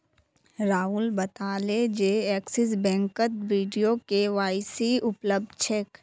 राहुल बताले जे एक्सिस बैंकत वीडियो के.वाई.सी उपलब्ध छेक